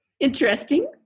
interesting